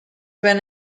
been